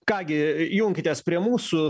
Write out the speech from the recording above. ką gi junkitės prie mūsų